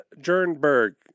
Jernberg